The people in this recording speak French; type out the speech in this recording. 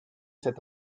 cet